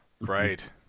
Right